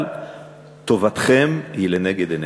אבל טובתכם היא לנגד עינינו.